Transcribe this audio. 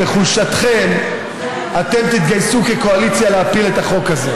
בחולשתכם אתם תתגייסו כקואליציה להפיל את החוק הזה,